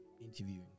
interviewing